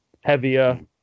heavier